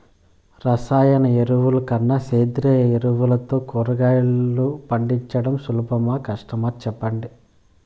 రసాయన ఎరువుల కన్నా సేంద్రియ ఎరువులతో కూరగాయలు పండించడం సులభమా కష్టమా సెప్పండి